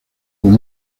con